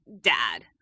Dad